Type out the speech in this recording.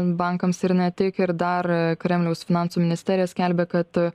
bankams ir ne tik ir dar kremliaus finansų ministerija skelbia kad